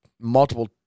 multiple